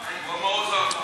זה המעוז האחרון,